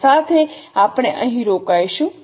આ સાથે આપણે અહીં રોકાઈશું